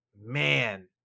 man